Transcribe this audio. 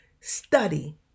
study